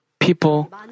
People